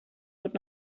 would